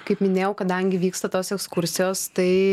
kaip minėjau kadangi vyksta tos ekskursijos tai